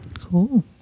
Cool